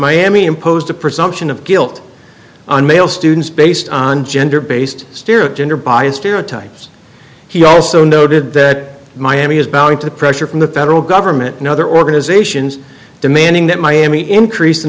miami imposed a presumption of guilt on male students based on gender based spirit gender bias stereotypes he also noted that miami is bowing to pressure from the federal government and other organizations demanding that miami increase the